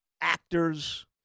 Actors